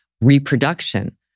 reproduction